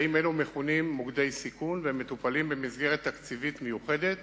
קטעים אלה מכונים "מוקדי סיכון" והם מטופלים במסגרת תקציבית מיוחדת